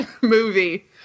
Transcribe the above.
movie